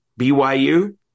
BYU